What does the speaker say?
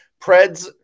Preds